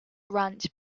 ranch